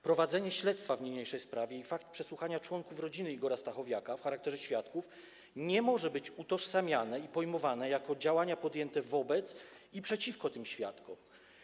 Prowadzenie śledztwa w niniejszej sprawie i fakt przesłuchania członków rodziny Igora Stachowiaka w charakterze świadków nie mogą być utożsamiane i pojmowane jako działania podjęte wobec tych świadków i przeciwko nim.